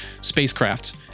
spacecraft